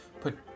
put